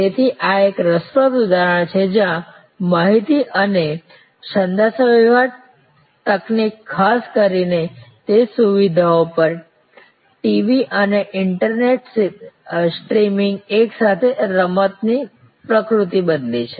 તેથી આ એક રસપ્રદ ઉદાહરણ છે જ્યાં માહિતી અને સંદેશાવ્યવહાર તકનીક ખાસ કરીને તે સુવિધાઓ પર ટીવી અને ઇન્ટરનેટ સ્ટ્રીમિંગ એકસાથે રમતની પ્રકૃતિ બદલી છે